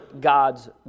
God's